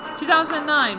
2009